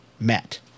met